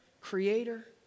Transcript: creator